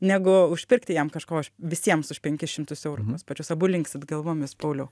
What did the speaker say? negu užpirkti jam kažko aš visiems už penkis šimtus eurų tuos pačius abu linksi galvomis pauliau